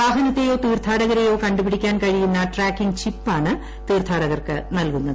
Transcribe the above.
വാഹനത്തെയോ തീർത്ഥാടകരെയോ കണ്ടുപിടിക്കാൻ കൃഷിയുന്ന ടാക്കിംഗ് ചിപ്പ് ആണ് തീർത്ഥാടകർക്ക് നൽകുന്നത്